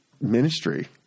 Ministry